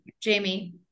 Jamie